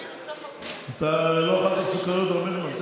אתה לא אכלת סוכריות הרבה זמן,